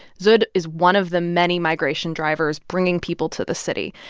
dzud is one of the many migration drivers bringing people to the city.